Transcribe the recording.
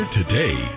today